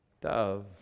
dove